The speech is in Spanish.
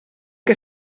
que